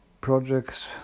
projects